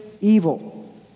evil